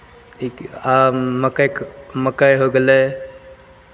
ई कि आ मक्कइक मक्कइ हो गेलै